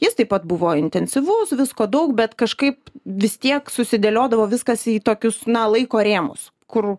jis taip pat buvo intensyvus visko daug bet kažkaip vis tiek susidėliodavo viskas į tokius na laiko rėmus kur